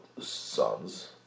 sons